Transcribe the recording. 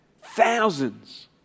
Thousands